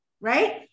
right